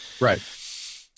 Right